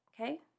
okay